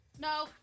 No